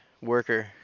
worker